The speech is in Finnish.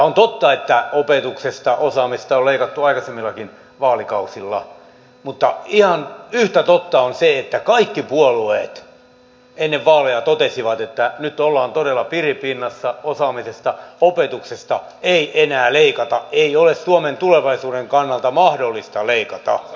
on totta että opetuksesta osaamisesta on leikattu aikaisemmillakin vaalikausilla mutta ihan yhtä totta on se että kaikki puolueet ennen vaaleja totesivat että nyt ollaan todella piripinnassa osaamisesta opetuksesta ei enää leikata ei ole suomen tulevaisuuden kannalta mahdollista leikata